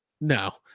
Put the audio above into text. No